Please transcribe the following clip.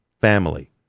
family